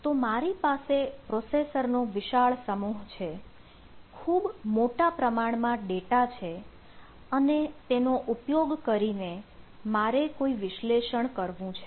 તો મારી પાસે પ્રોસેસરનો વિશાળ સમૂહ છે ખૂબ મોટા પ્રમાણમાં ડેટા છે અને તેનો ઉપયોગ કરીને મારે કોઈ વિશ્લેષણ કરવું છે